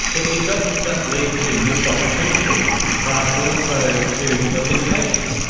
it it doesn't just lead to missed opportunities but also to limitations.